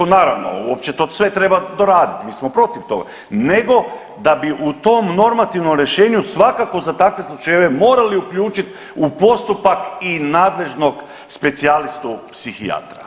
Naravno uopće to sve treba doraditi, mi smo protiv toga nego da bi u tom normativnom rješenju svakako za takve slučajeve morali uključiti u postupak i nadležnog specijalistu psihijatra.